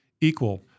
equal